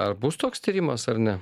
ar bus toks tyrimas ar ne